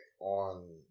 on